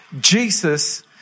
Jesus